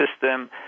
system